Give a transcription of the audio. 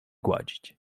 gładzić